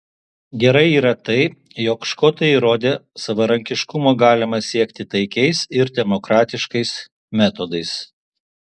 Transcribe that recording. gerai yra tai jog škotai įrodė savarankiškumo galima siekti taikiais ir demokratiškais metodais